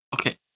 okay